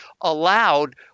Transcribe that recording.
allowed